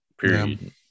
Period